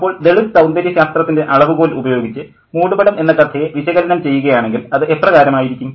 അപ്പോൾ ദളിത് സൌന്ദര്യശാസ്ത്രത്തിൻ്റെ അളവുകോൽ ഉപയോഗിച്ച് മൂടുപടം എന്ന കഥയെ വിശകലനം ചെയ്യുകയാണെങ്കിൽ അത് എപ്രകാരം ആയിരിക്കും